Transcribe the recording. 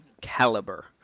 caliber